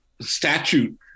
statute